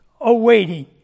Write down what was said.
awaiting